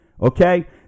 okay